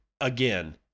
again